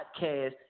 podcast